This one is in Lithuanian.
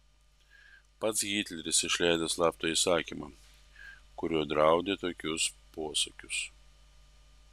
pats hitleris išleido slaptą įsakymą kuriuo draudė tokius posakius